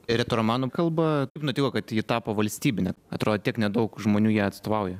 ir retoromanų kalba nutilo kad ji tapo valstybine atrodo tiek nedaug žmonių ją atstovauja